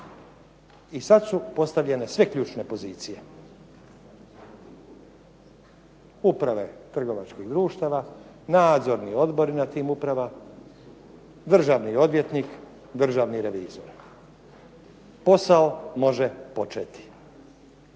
I sad su postavljene sve ključne pozicije – uprave trgovačkih društava, nadzorni odbori na tim upravama, državni odvjetnik, državni revizor, posao može početi.